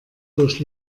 durch